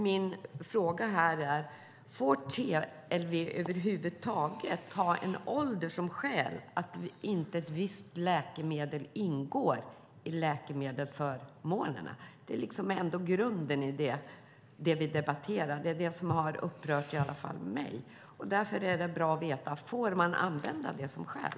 Min fråga är: Får TLV över huvud taget ha en ålder som skäl till att visst läkemedel inte ingår i läkemedelsförmånerna? Det är ändå grunden i det vi debatterar. Det är det som har upprört i alla fall mig. Därför är det bra att veta om man får använda detta som skäl.